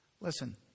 Listen